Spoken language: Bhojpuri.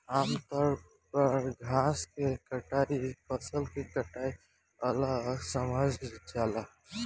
आमतौर पर घास के कटाई फसल के कटाई अलग समझल जाला